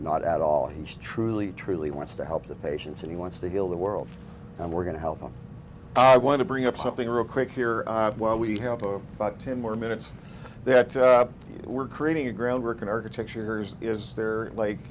not at all he's truly truly wants to help the patients and he wants to heal the world and we're going to help him i want to bring up something real quick here while we have five ten more minutes that we're creating a groundwork an architecture hers is there like